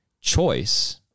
choice